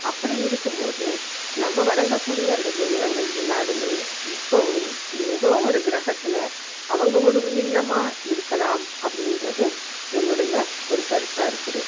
அப்படி இருக்கும் போது நம்ம வணங்கக்கூடிய அந்த தெய்வங்கள் எல்லோருமே இப்போவும் ஏதோ ஒரு கிரகத்தில் அவங்க ஒரு உயிரினமாக இருக்கலாம் அப்படின்றது என்னுடைய ஒரு கருத்தாக இருக்குது